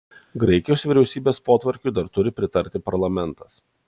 graikijos vyriausybės potvarkiui dar turi pritarti parlamentas